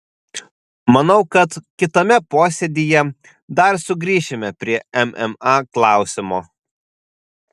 manau kad kitame posėdyje dar sugrįšime prie mma klausimo